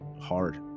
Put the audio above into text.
hard